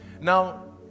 Now